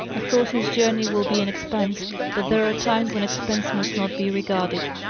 of course his journey will be an expense but there are times when expense must not be regarded.